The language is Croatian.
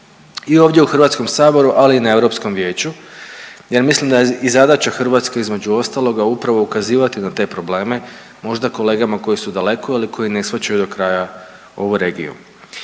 i ovdje u Hrvatskom saboru, ali i na Europskom vijeću jer mislim i da je zadaća Hrvatske između ostaloga upravo ukazivati na te probleme možda kolegama koji su daleko ili koji ne shvaćaju dokraja ovu regiju.